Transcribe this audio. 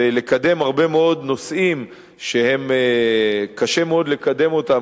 ולקדם הרבה מאוד נושאים שקשה מאוד לקדם אותם